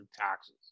taxes